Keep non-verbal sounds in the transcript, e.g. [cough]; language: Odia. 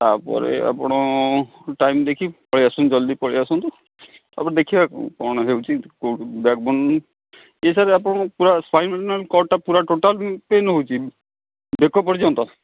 ତାପରେ ଆପଣ ଟାଇମ୍ ଦେଖିକି ପଳେଇଆସନ୍ତୁ ଜଲ୍ଦି ପଳେଇଆସନ୍ତୁ ତାପରେ ଦେଖିବା କ'ଣ ହେଉଛି [unintelligible] ଇଏ ସାର୍ ଆପଣ ପୁରା ଶହେ [unintelligible] କଡ଼୍ଟା ଟୋଟାଲ୍ ପେନ୍ ହେଉଛି ବେକ ପର୍ଯ୍ୟନ୍ତ